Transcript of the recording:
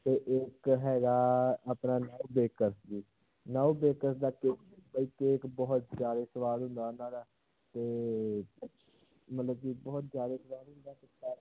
ਅਤੇ ਇੱਕ ਹੈਗਾ ਆਪਣਾ ਨਵ ਬੇਕਰਸ ਜੀ ਨਵ ਬੇਕਰਸ ਦਾ ਕੇਕ ਬਈ ਕੇਕ ਬਹੁਤ ਜ਼ਿਆਦਾ ਸਵਾਦ ਹੁੰਦਾ ਉਹਨਾਂ ਦਾ ਅਤੇ ਮਤਲਬ ਕਿ ਬਹੁਤ ਜ਼ਿਆਦਾ ਜਿੱਦਾਂ ਉਹ ਨਹੀਂ ਹੁੰਦਾ